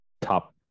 top